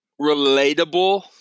relatable